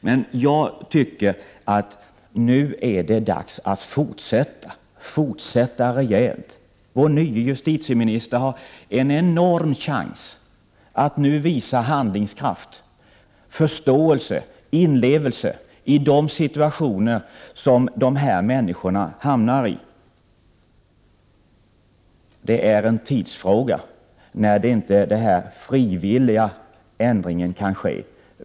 Men nu är det dags att fortsätta och det rejält! Vår nya justitieminister har en enorm chans att nu visa handlingskraft, förståelse och inlevelse i de situationer som de drabbade människorna hamnar i. Det är en tidsfråga när inte längre en frivillig ändring kan ske.